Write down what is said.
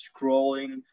scrolling